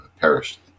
perished